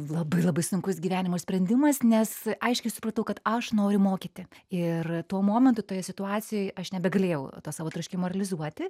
labai labai sunkus gyvenimo sprendimas nes aiškiai supratau kad aš noriu mokyti ir tuo momentu toje situacijoj aš nebegalėjau to savo troškimo realizuoti